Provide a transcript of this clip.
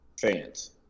fans